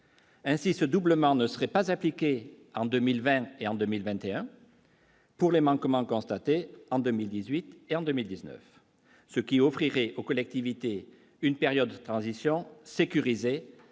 Ainsi ce doublement ne serait pas appliquée en 2020 et en 2021. Pour les les manquements constatés en 2018 et en 2019, ce qui offrirait aux collectivités une période de transition sécurisé